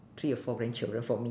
three or four grandchildren for me